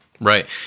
Right